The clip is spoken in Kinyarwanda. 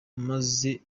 maze